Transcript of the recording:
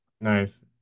Nice